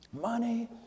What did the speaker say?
money